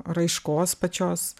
raiškos pačios